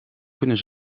kunnen